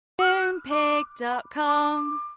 Moonpig.com